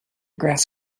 grass